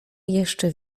jeszcze